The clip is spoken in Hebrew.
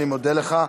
אני מודה לך.